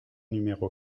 numéro